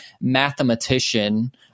mathematician